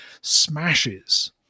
smashes